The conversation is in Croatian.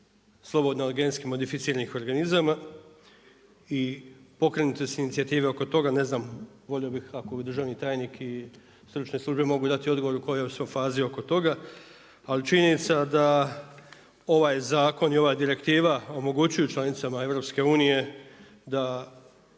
slobodno od GMO-a i pokrenute su inicijative oko toga. Ne znam volio bih ako bi mi državni tajnik i stručne službe mogu dati odgovor u kojoj smo fazi oko toga, ali činjenica je da ovaj zakon i ova direktiva omogućuju članicama EU da